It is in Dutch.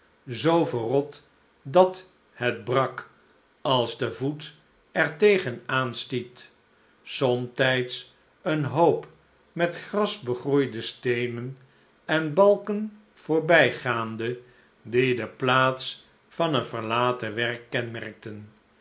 zoo verrot dat het brak als de voet er tegen aanstiet somtijds een hoop met gras begroeide steenen en balken voorbijgaande die de plaats van een verlaten werk kenmerkten